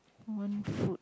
one food